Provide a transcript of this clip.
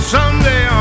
Someday